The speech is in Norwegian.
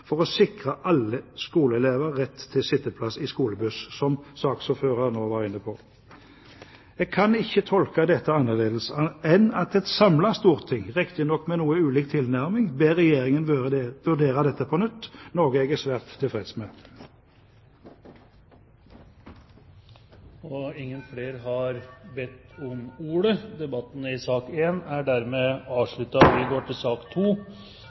for å sikre alle skoleelever rett til sitteplass i skolebuss, som saksordføreren også var inne på. Jeg kan ikke tolke dette annerledes enn at et samlet storting, riktignok med noe ulik tilnærming, ber Regjeringen vurdere dette på nytt, noe jeg er svært tilfreds med. Flere har ikke bedt om ordet til sak